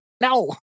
No